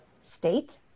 state